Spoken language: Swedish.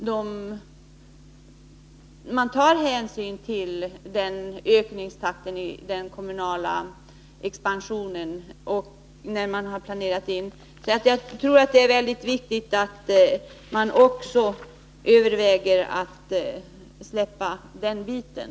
De har tagit hänsyn till denna ökningstakt i den kommunala expansionen. Jag tror alltså att det är mycket viktigt att regeringen överväger att ge tillstånd också när det gäller de nytillkomna projekten.